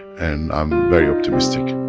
and i'm very optimistic